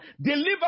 Deliver